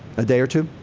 a day or two?